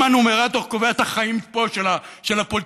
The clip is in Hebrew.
אם הנומרטור קובע פה את החיים של הפוליטיקאים,